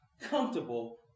comfortable